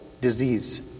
disease